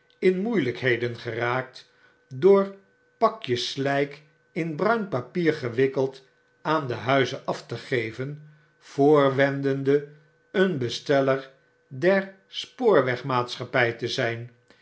in moeielykheden geraakt door pakjes slyk in bruin papier gewikkeld aan de huizen af te geven voorwendende een besteller der spoorwegmaatschappy te